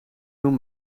doen